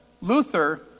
Luther